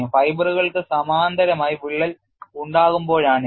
Fibre കൾക്ക് സമാന്തരമായി വിള്ളൽ ഉണ്ടാകുമ്പോഴാണ് ഇത്